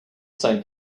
same